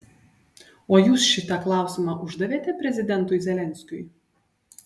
o jūs šitą klausimą uždavėte prezidentui zelenskiui